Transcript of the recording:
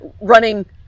running